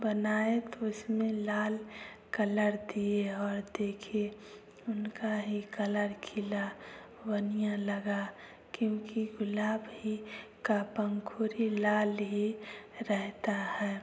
बनाए तो उसमें लाल कलर दिए और देखे उनका ही कलर खिला बनिया लगा क्योंकि गुलाब ही का पंखुरी लाल ही रहता है